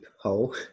hole